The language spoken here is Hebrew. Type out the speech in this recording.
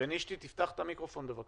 אני יכול